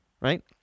Right